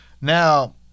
Now